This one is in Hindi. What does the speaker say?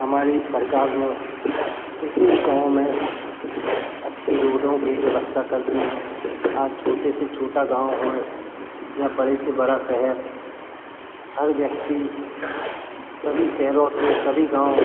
हमारी सरकार ने प्रत्येक गाँव में अच्छी रोडों की व्यवस्था कर दी हैं आज छोटे से छोटा गाँव हों या बड़े से बड़ा शहर हर व्यक्ति सभी शहरों से सभी गाँव